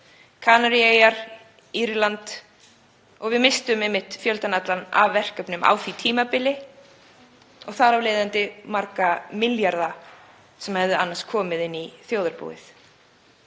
Kanaríeyjar og Írland. Við misstum einmitt fjöldann allan af verkefnum á því tímabili og þar af leiðandi marga milljarða sem hefðu annars komið inn í þjóðarbúið